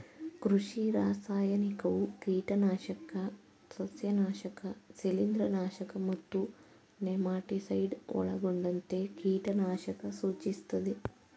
ಕೃಷಿ ರಾಸಾಯನಿಕವು ಕೀಟನಾಶಕ ಸಸ್ಯನಾಶಕ ಶಿಲೀಂಧ್ರನಾಶಕ ಮತ್ತು ನೆಮಟಿಸೈಡ್ ಒಳಗೊಂಡಂತೆ ಕೀಟನಾಶಕ ಸೂಚಿಸ್ತದೆ